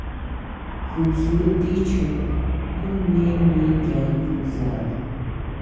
خوٗبصوٗرتی چھِ یِمَن مین مین جاٮ۪ن کھۄتہٕ زیادٕ